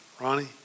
Ronnie